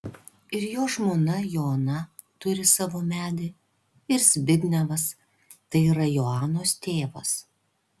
ir jo žmona joana turi savo medį ir zbignevas tai yra joanos tėvas